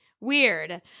weird